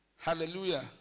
Hallelujah